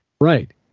Right